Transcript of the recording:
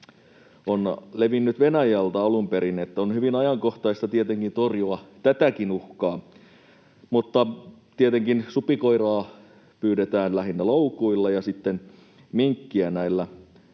on levinnyt Venäjältä alun perin. On hyvin ajankohtaista tietenkin torjua tätäkin uhkaa, mutta tietenkin supikoiraa pyydetään lähinnä loukuilla ja sitten minkkiä näillä